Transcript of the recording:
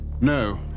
No